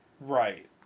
Right